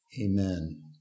Amen